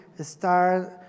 start